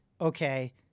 okay